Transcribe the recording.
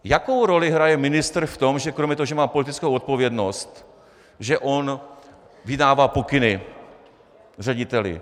Jakou roli hraje ministr v tom, že kromě toho, že má politickou odpovědnost, že on vydává pokyny řediteli?